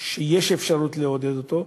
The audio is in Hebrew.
שיש אפשרות לעודד אותן,